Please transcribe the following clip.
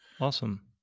awesome